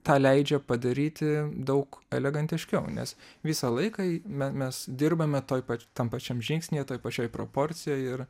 tą leidžia padaryti daug elegantiškiau nes visą laiką me mes dirbame toj pat tam pačiam žingsnyje toj pačioj proporcijoj ir